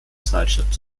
zeitschrift